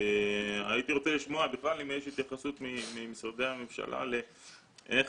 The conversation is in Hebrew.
הייתי רוצה לשמוע בכלל אם יש התייחסות ממשרדי הממשלה איך